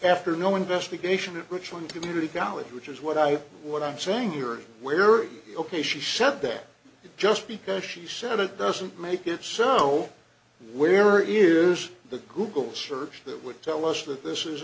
after no investigation and which one community college which is what i what i'm saying here is where ok she said that just because she said it doesn't make it so where is the google search that would tell us that this is